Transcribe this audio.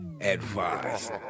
advised